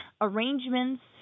arrangements